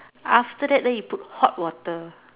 after that then you put hot water